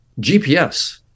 GPS